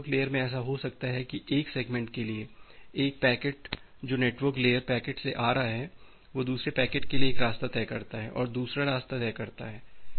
और network layer में ऐसा हो सकता है कि एक सेगमेंट के लिए एक पैकेट जो कि नेटवर्क लेयर पैकेट से आ रहा है वह दूसरे पैकेट के लिए एक रास्ता तय करता है और दूसरा रास्ता तय करता है